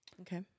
Okay